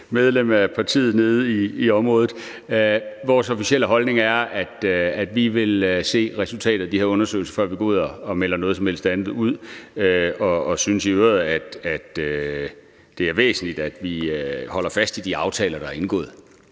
medlem af partiet nede i området. Vores officielle holdning er, at vi vil se resultatet af de her undersøgelser, før vi går ud og melder noget som helt andet ud, og synes i øvrigt, at det er væsentligt, at vi holder fast i de aftaler, der er indgået.